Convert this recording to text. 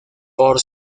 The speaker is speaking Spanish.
por